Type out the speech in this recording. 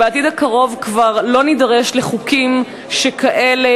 שבעתיד הקרוב כבר לא נידרש לחוקים שכאלה,